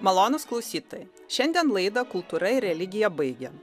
malonūs klausytojai šiandien laidą kultūra ir religija baigiam